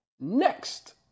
next